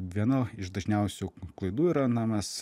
viena iš dažniausių klaidų yra na mes